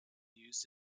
used